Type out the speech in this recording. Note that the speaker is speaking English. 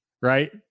right